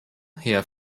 herr